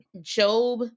Job